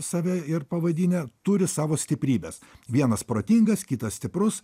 save ir pavadinę turi savo stiprybes vienas protingas kitas stiprus